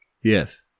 Yes